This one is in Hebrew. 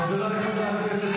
חבריי חברי הכנסת,